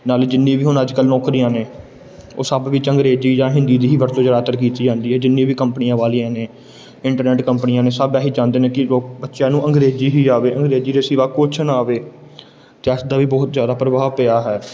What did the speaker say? ਨਾਲੇ ਜਿੰਨੀ ਵੀ ਹੁਣ ਅੱਜ ਕੱਲ ਨੌਕਰੀਆਂ ਨੇ ਉਹ ਸਭ ਵਿੱਚ ਅੰਗਰੇਜ਼ੀ ਜਾਂ ਹਿੰਦੀ ਦੀ ਹੀ ਵਰਤੋਂ ਜ਼ਿਆਦਾਤਰ ਕੀਤੀ ਜਾਂਦੀ ਹੈ ਜਿੰਨੀ ਵੀ ਕੰਪਨੀਆਂ ਵਾਲੀਆਂ ਨੇ ਇੰਟਰਨੈਟ ਕੰਪਨੀਆਂ ਨੇ ਸਭ ਇਹੀ ਚਾਹੁੰਦੇ ਨੇ ਕਿ ਉਹ ਬੱਚਿਆਂ ਨੂੰ ਅੰਗਰੇਜ਼ੀ ਹੀ ਆਵੇ ਅੰਗਰੇਜ਼ੀ ਦੇ ਸਿਵਾ ਕੁਛ ਨਾ ਆਵੇ ਟੈਸਟ ਦਾ ਵੀ ਬਹੁਤ ਜ਼ਿਆਦਾ ਪ੍ਰਭਾਵ ਪਿਆ ਹੈ